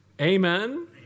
Amen